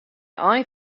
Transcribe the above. ein